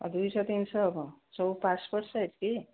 ଆଉ ଦୁଇଶହ ତିନିଶହ ହେବ ସବୁ ପାସପୋର୍ଟ୍ ସାଇଜ୍ କି